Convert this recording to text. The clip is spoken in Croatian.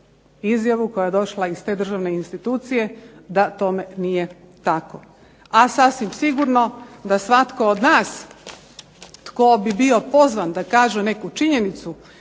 izjavu koja je došla iz te državne institucije da tome nije tako. A sasvim sigurno da svatko od nas tko bi bio pozvan da kaže neku činjenicu